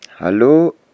Hello